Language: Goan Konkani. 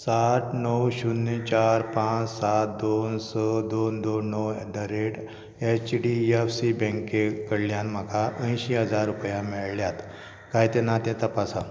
सात णव शुन्य चार पांच सात दोन स दोन दोन णव at the rate H D F C बँके कडल्यान म्हाका अंयशी हजार रुपया मेळ्ळ्यात काय ते ना ते तपासा